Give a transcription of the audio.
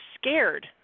scared